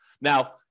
Now